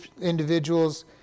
individuals